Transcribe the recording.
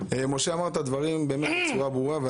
משה אמר את הדברים בצורה ברורה.